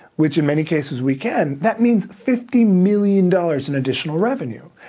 which in many cases we can, that means fifty million dollars in additional revenue.